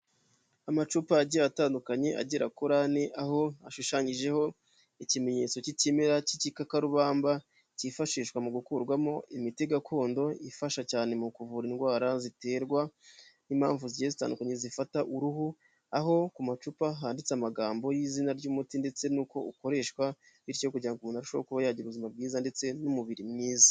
Amacupa agiye atandukanye agera kuri ane, aho ashushanyijeho ikimenyetso cy'ikimera cy'igikakarubamba, kifashishwa mu gukurwamo imiti gakondo, ifasha cyane mu kuvura indwara ziterwa n'impamvu zigiye zitandukanye zifata uruhu, aho ku macupa handitse amagambo y'izina ry'umuti ndetse n'uko ukoreshwa, bityo kugira umuntu arusheho kuba yagira ubuzima bwiza, ndetse n'umubiri mwiza.